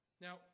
Now